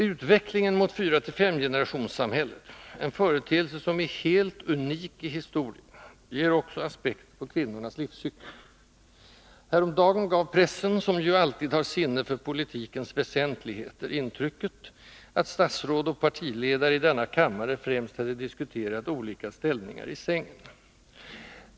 Utvecklingen mot fyra-femgenerationssamhället — en företeelse som är helt unik i historien — ger också aspekter på kvinnornas livscykel. Häromdagen gav pressen, som ju alltid har sinne för politikens väsentligheter, intrycket att statsråd och partiledare i denna kammare främst hade diskuterat olika ställningar i sängen.